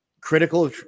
critical